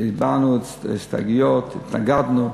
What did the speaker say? הבענו לגביהם הסתייגויות, התנגדנו.